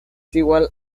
igual